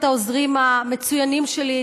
את העוזרים המצוינים שלי,